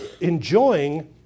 enjoying